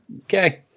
Okay